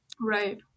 Right